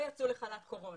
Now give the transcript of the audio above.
ויצאו לחל"ת קורונה.